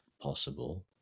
possible